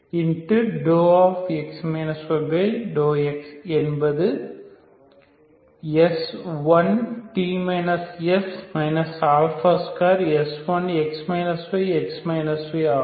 ∂∂x என்பது S1 2S1 ஆகும்